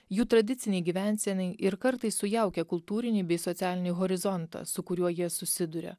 jų tradicinei gyvensenai ir kartais sujaukia kultūrinį bei socialinį horizontą su kuriuo jie susiduria